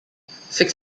six